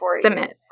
Submit